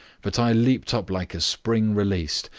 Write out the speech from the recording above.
but i leaped up like a spring released,